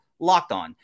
LOCKEDON